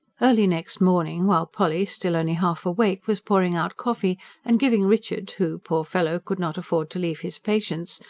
early next morning while polly, still only half awake, was pouring out coffee and giving richard who, poor fellow, could not afford to leave his patients,